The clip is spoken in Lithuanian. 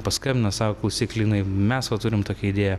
paskambino sako klausyk linai mes vat turim tokią idėją